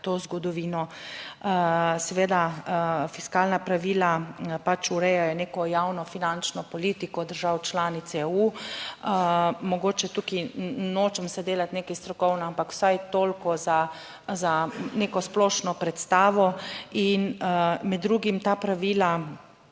to zgodovino. Seveda fiskalna pravila pač urejajo neko javnofinančno politiko držav članic EU. Mogoče tukaj nočem se delati nekaj strokovno, ampak vsaj toliko za neko splošno predstavo, in med drugim ta pravila